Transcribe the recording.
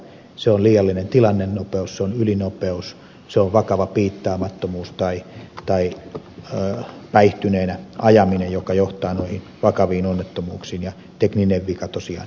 se on liiallinen tilannenopeus se on ylinopeus se on vakava piittaamattomuus tai päihtyneenä ajaminen joka johtaa noihin vakaviin onnettomuuksiin ja tekninen vika on tosiaan erittäin harvoin syynä niihin